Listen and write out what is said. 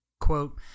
Quote